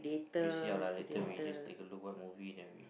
we see how lah later we just take a look what movie then we